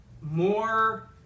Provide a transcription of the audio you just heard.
more